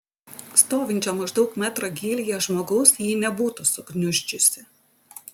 stovinčio maždaug metro gylyje žmogaus ji nebūtų sugniuždžiusi